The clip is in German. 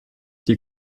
die